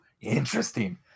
interesting